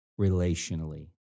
relationally